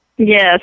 Yes